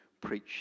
preach